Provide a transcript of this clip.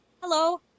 Hello